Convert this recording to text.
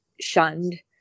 shunned